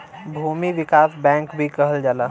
भूमि विकास बैंक भी कहल जाला